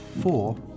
four